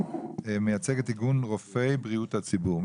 מייצג את איגוד רופאי בריאות הציבור.